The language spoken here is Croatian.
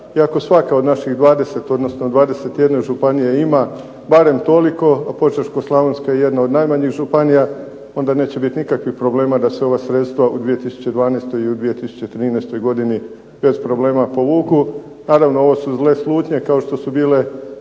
i ako svaka od naših 20, odnosno 21 županije ima barem toliko, a Požeško-slavonska je jedna od najmanjih županija onda neće biti nikakvih problema da se ova sredstva u 2012. i u 2013. godini bez problema povuku. Naravno ovo su zle slutnje, kao što su bile